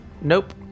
Nope